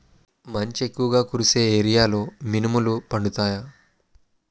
మంచు ఎక్కువుగా కురిసే ఏరియాలో మినుములు పండుతాయా?